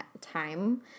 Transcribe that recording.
time